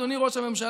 אדוני ראש הממשלה,